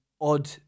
odd